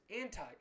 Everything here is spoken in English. anti